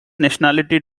nationality